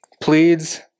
pleads